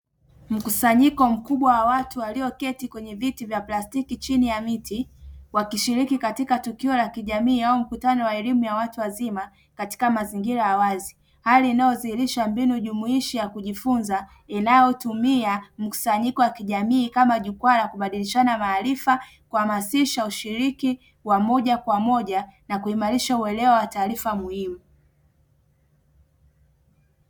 Mkusanyiko mkubwa wa watu walioketi kwenye viti vya plastiki chini ya mti, wakishiriki katika tukio la kijamii au mkutano wa elimu ya watu wazima, katika mazingira ya wazi hali inayodhihirisha mbinu jumuishi ya kujifunza inayotumia mkusanyiko wa kijamii kama jukwaa la kubadilishana maarifa, kuhamasisha ushiriki wa moja kwa moja na kuimarisha uelewa wa taarifa muhimu.